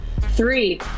three